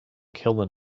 killed